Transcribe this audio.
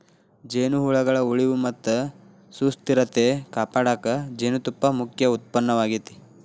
ಜೇನುಹುಳಗಳ ಉಳಿವು ಮತ್ತ ಸುಸ್ಥಿರತೆ ಕಾಪಾಡಕ ಜೇನುತುಪ್ಪ ಮುಖ್ಯ ಉತ್ಪನ್ನವಾಗೇತಿ